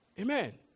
Amen